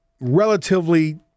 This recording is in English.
relatively